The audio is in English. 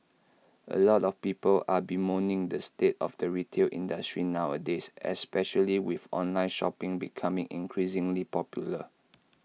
A lot of people are bemoaning the state of the retail industry nowadays especially with online shopping becoming increasingly popular